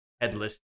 headless